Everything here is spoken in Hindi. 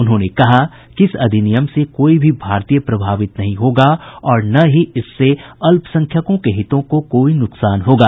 उन्होंने कहा कि इस अधिनियम से कोई भी भारतीय प्रभावित नहीं होगा और न ही इससे अल्पसंख्यकों के हितों को कोई नुकसान होगा